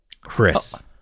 Chris